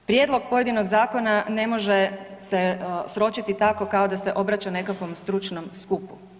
Prijedlog pojedinog zakona ne može se sročiti tako kao da se obraća nekakvom stručnom skupu.